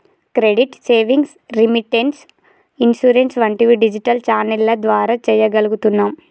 credit, savings, remittance, insurance వంటివి digital ఛానెల్ల ద్వారా చెయ్యగలుగుతున్నాం